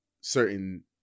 certain